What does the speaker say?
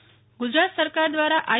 ઓરા portal Gujarat સરકાર દ્વારા આઈ